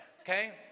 Okay